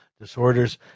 disorders